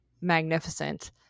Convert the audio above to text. magnificent